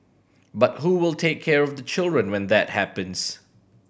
but who will take care of the children when that happens